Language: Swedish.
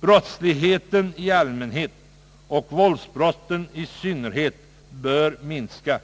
Brottsligheten i allmänhet och våldsbrotten i synnerhet måste minskas.